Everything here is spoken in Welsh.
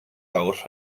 awr